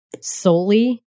solely